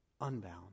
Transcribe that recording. unbound